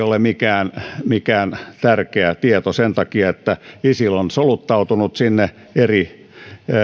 ole mikään mikään tärkeä tieto sen takia että isil on soluttautunut sinne eri